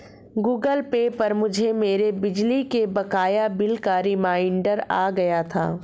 Google Pay पर मुझे मेरे बिजली के बकाया बिल का रिमाइन्डर आ गया था